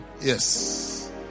yes